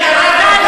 מה הוא עשה,